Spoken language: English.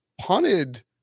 punted